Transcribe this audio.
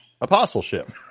apostleship